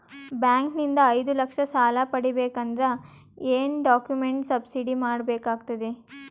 Bank ನಿಂದ ಐದು ಲಕ್ಷ ಸಾಲ ಪಡಿಬೇಕು ಅಂದ್ರ ಏನ ಡಾಕ್ಯುಮೆಂಟ್ ಸಬ್ಮಿಟ್ ಮಾಡ ಬೇಕಾಗತೈತಿ?